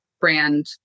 brand